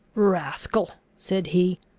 rascal! said he,